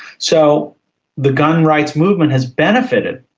so the gun rights movement has benefited,